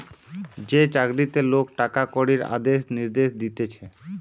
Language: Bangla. যে চাকরিতে লোক টাকা কড়ির আদেশ নির্দেশ দিতেছে